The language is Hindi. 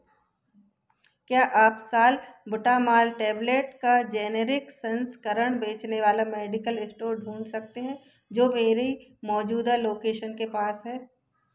क्या आप सालबुटामॉल टैबलेट का जेनेरिक संस्करण बेचने वाला मेडिकल इश्टोर ढूँढ सकते हैं जो मेरी मौजूदा लोकेशन के पास है